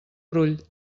brull